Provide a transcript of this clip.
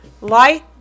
Light